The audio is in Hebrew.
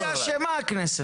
הכנסת אשמה.